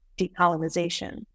decolonization